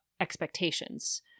expectations